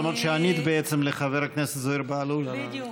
למרות שענית בעצם לחבר הכנסת זוהיר בהלול על זה.